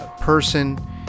person